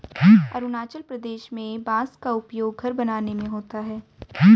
अरुणाचल प्रदेश में बांस का उपयोग घर बनाने में होता है